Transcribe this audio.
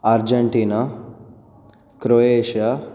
Argentina Croatia